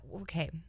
Okay